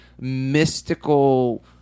mystical